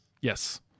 Yes